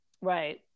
Right